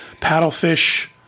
Paddlefish